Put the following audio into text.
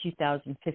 2015